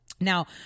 Now